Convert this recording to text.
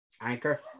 Anchor